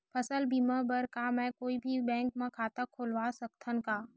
फसल बीमा बर का मैं कोई भी बैंक म खाता खोलवा सकथन का?